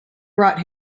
brought